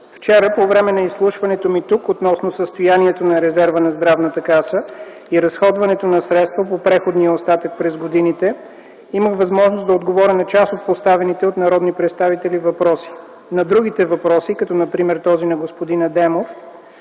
вчера по време на изслушването ми тук относно състоянието на резерва на Здравната каса и разходването на средства по преходния остатък през годините имах възможност да отговоря на част от поставените от народните представители въпроси. На другите въпроси като например на този от господин Адемов,